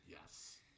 Yes